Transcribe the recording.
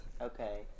Okay